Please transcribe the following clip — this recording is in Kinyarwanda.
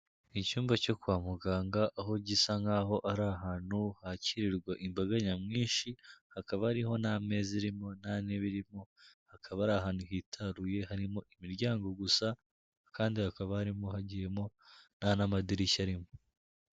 Icyumba cyo kwa muganga aho gisa nk'aho ari ahantu hakirirwa imbaga nyamwinshi, hakaba ariho nta meza irimo, nta ntebe irimo, hakaba ari ahantu hitaruye harimo imiryango gusa kandi hakaba harimo hagiyemo nta n'amadirishya arimo.